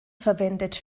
verwendet